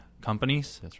companies